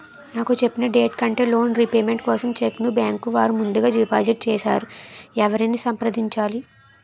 నాకు చెప్పిన డేట్ కంటే లోన్ రీపేమెంట్ కోసం చెక్ ను బ్యాంకు వారు ముందుగా డిపాజిట్ చేసారు ఎవరిని సంప్రదించాలి?